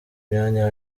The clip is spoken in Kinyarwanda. imyanya